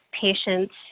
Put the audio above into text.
patients